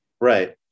Right